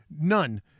None